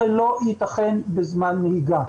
זה לא יתכן בזמן נהיגה.